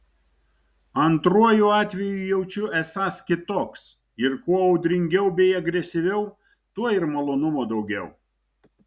antruoju atveju jaučiu esąs kitoks ir kuo audringiau bei agresyviau tuo ir malonumo daugiau